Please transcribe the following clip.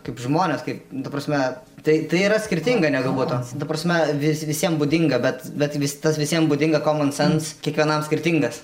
kaip žmonės taip ta prasme tai tai yra skirtinga negu buto ta prasme vis visiem būdinga bet bet vis tas visiem būdinga komonsens kiekvienam skirtingas